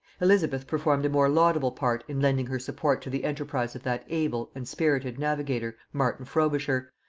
elizabeth performed a more laudable part in lending her support to the enterprise of that able and spirited navigator martin frobisher,